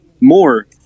more